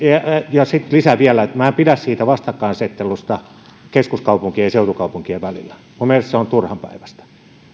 ja sitten lisään vielä että minä en pidä vastakkainasettelusta keskuskaupunkien ja seutukaupunkien välillä minun mielestäni se on turhanpäiväistä